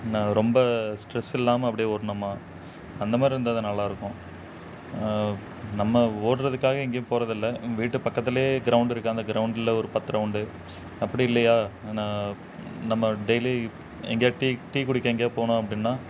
நான் ரொம்ப ஸ்ட்ரெஸ் இல்லாமல் அப்படியே ஓடினோமா அந்த மாதிரி இருந்தால் தான் நல்லாயிருக்கும் நம்ம ஓடுறதுக்காக எங்கேயும் போறதில்லை வீட்டு பக்கத்தில் கிரௌண்டு இருக்குது அந்த கிரௌண்டில் ஒரு பத்து ரவுண்டு அப்படி இல்லையா ந நம்ம டெய்லி எங்கேயா டீ டீ குடிக்க எங்கேயா போனோம் அப்படின்னா